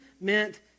meant